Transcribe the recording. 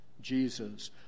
Jesus